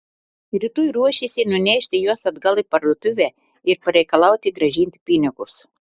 rytoj ruošėsi nunešti juos atgal į parduotuvę ir pareikalauti grąžinti pinigus